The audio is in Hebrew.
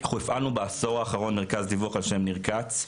אנחנו הפעלנו בעשור האחרון מרכז דיווח ע"ש ניר כץ,